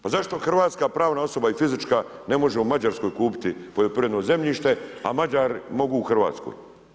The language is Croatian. Pa zašto hrvatska pravna osoba i fizička ne može u Mađarskoj kupiti poljoprivredno zemljište, a Mađari mogu u Hrvatskoj?